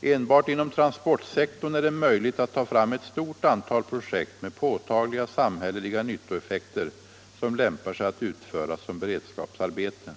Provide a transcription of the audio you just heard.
Enbart inom transportsektorn är det möjligt att ta fram ett stort antal projekt med påtagliga samhälleliga nyttoeffekter som lämpar sig att utföras som beredskapsarbeten.